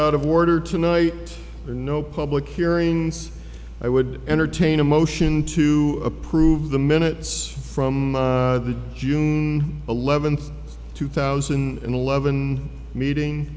out of order to annoy or no public hearings i would entertain a motion to approve the minutes from the june eleventh two thousand and eleven meeting